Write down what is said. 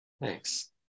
Thanks